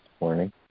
morning